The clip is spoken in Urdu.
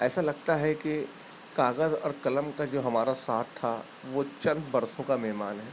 ایسا لگتا ہے کہ کاغذ اور قلم کا جو ہمارا ساتھ تھا وہ چند برسوں کا مہمان ہے